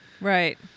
Right